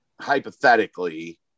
hypothetically